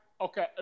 Okay